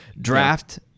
draft